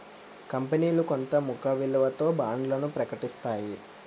కంపనీలు కొంత ముఖ విలువతో బాండ్లను ప్రకటిస్తాయి